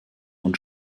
und